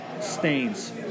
stains